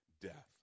death